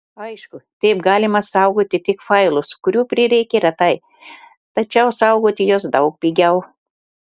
aišku taip galima saugoti tik failus kurių prireikia retai tačiau saugoti juos daug pigiau